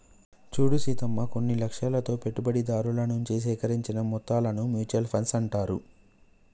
చూడు సీతమ్మ కొన్ని లక్ష్యాలతో పెట్టుబడిదారుల నుంచి సేకరించిన మొత్తాలను మ్యూచువల్ ఫండ్స్ అంటారు